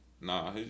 Nah